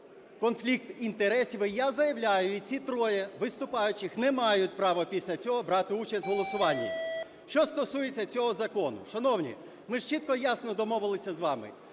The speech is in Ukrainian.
конфлікт інтересів. І я заявляю: і ці троє виступаючих не мають права після цього брати участь в голосуванні. Що стосується цього закону. Шановні, ми ж чітко і ясно домовилися з вами,